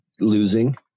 Losing